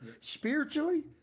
Spiritually